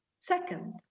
Second